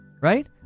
right